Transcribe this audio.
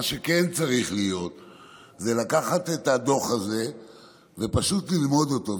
מה שכן צריך להיות זה לקחת את הדוח הזה ופשוט ללמוד אותו.